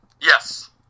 Yes